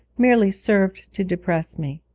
merely served to depress me.